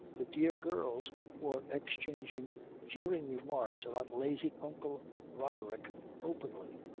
the dear girls were exchanging jeering remarks about lazy uncle roderick openly,